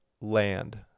land